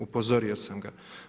Upozorio sam ga.